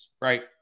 right